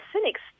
cynics